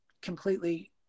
completely